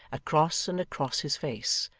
across and across his face,